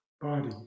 body